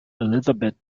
elizabeth